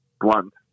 blunt